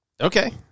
Okay